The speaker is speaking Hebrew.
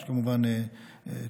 יש כמובן תעבורה,